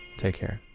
take care